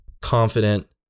confident